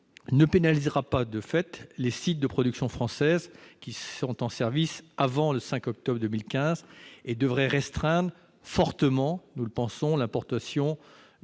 ne pénalisera pas de fait les sites de production française mis en service avant le 5 octobre 2015 et devrait restreindre fortement, selon nous, l'importation